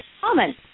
common